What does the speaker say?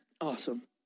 Awesome